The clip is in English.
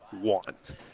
want